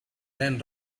than